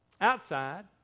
outside